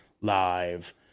live